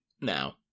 now